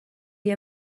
wir